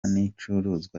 n’icuruzwa